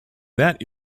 that